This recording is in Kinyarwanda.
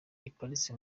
iparitse